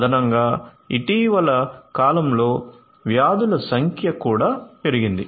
అదనంగా ఇటీవలి కాలంలో వ్యాధుల సంఖ్య కూడా పెరిగింది